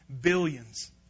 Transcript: billions